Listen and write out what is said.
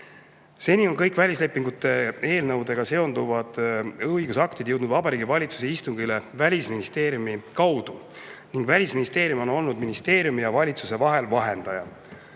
Seni on kõik välislepingute eelnõudega seonduvad õigusaktid jõudnud Vabariigi Valitsuse istungile Välisministeeriumi kaudu ning Välisministeerium on olnud ministeeriumi ja valitsuse vahel vahendaja.